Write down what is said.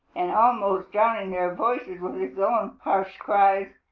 and almost drowning their voices with his own harsh cries,